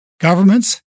Governments